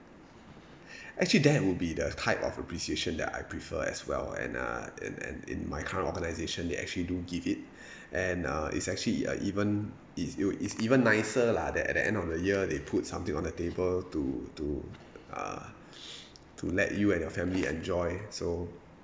actually that would be the type of appreciation that I prefer as well and uh and and in my current organisation they actually do give it and uh it's actually uh even it's you it's even nicer lah that at the end of the year they put something on the table to to uh to let you and your family enjoy so